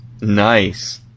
Nice